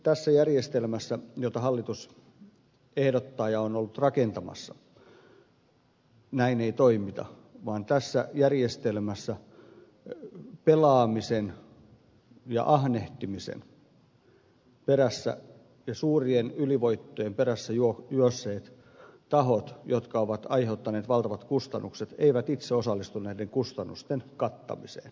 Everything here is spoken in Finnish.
tässä järjestelmässä jota hallitus ehdottaa ja on ollut rakentamassa näin ei toimita vaan tässä järjestelmässä pelaamisen ja ahnehtimisen perässä ja suurien ylivoittojen perässä juosseet tahot jotka ovat aiheuttaneet valtavat kustannukset eivät itse osallistu näiden kustannusten kattamiseen